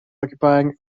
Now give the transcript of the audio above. occupying